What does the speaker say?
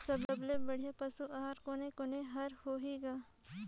सबले बढ़िया पशु आहार कोने कोने हर होही ग?